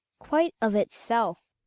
quite of itself.